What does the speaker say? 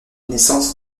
naissance